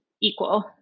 equal